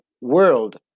world